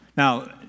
Now